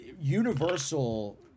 universal